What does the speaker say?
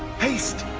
haste.